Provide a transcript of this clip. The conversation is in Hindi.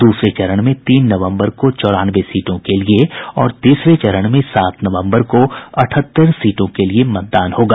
दूसरे चरण में तीन नवंबर को चौरानवे सीटों के लिये और तीसरे चरण में सात नवंबर को अठहत्तर सीटों के लिए मतदान होगा